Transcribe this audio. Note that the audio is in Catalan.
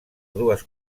dues